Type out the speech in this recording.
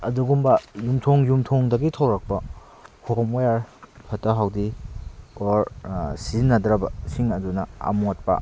ꯑꯗꯨꯒꯨꯝꯕ ꯌꯨꯝꯊꯣꯡ ꯌꯨꯝꯊꯣꯡꯗꯒꯤ ꯊꯣꯂꯛꯄ ꯍꯣꯝꯋꯦꯌꯔ ꯐꯠꯇ ꯍꯥꯎꯊꯤ ꯑꯣꯔ ꯁꯤꯖꯟꯅꯗ꯭ꯔꯕ ꯁꯤꯡ ꯑꯗꯨꯅ ꯑꯃꯣꯠꯄ